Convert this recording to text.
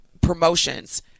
promotions